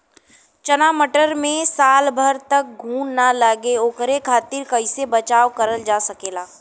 चना मटर मे साल भर तक घून ना लगे ओकरे खातीर कइसे बचाव करल जा सकेला?